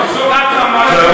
תת-רמה.